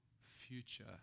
future